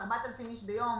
על 4,000 אנשים ביום,